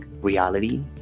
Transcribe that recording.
reality